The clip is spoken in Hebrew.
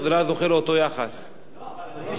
אדוני היושב-ראש, לא העבירו את כולם.